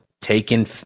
taken